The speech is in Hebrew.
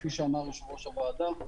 כפי שאמר יושב-ראש הוועדה,